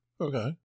okay